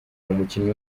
umukinnyi